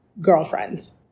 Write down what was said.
girlfriends